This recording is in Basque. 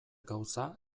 gauza